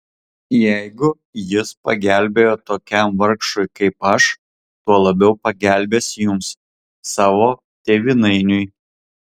jeigu jis pagelbėjo tokiam vargšui kaip aš tuo labiau pagelbės jums savo tėvynainiui